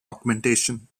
augmentation